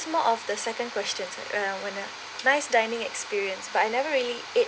this more of the second question sorry uh want to nice dining experience but I never really ate